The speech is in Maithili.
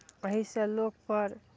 अहीँ से लोकपर